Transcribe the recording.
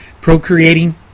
procreating